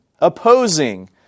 opposing